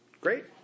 Great